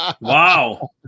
Wow